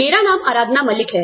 मेरा नाम आराधना मलिक है